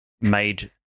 made